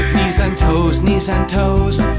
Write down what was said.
knees and toes. knees and toes,